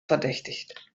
verdächtigt